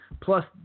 plus